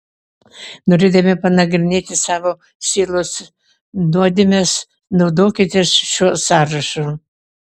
norėdami panagrinėti savo sielos nuodėmes naudokitės šiuo sąrašu